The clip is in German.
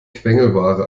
quengelware